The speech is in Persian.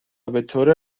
بطور